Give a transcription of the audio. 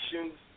actions